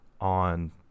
on